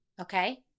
Okay